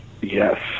yes